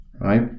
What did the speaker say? right